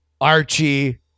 Archie